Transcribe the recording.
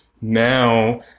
now